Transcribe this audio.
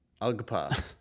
UGPA